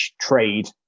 trade